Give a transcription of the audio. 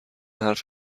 حرف